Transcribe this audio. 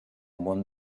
món